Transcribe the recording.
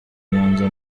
nyanza